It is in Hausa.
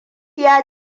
ta